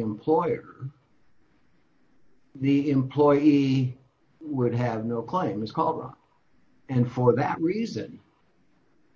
employer the employee would have no claim is called and for that reason